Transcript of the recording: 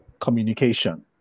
communication